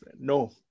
No